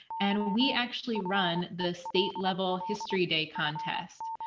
and we actually run the state level history day contest.